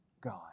God